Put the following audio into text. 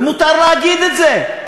ומותר להגיד את זה,